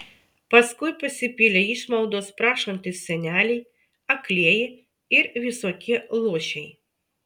paskui pasipylė išmaldos prašantys seneliai aklieji ir visokie luošiai